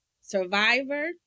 survivor